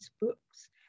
books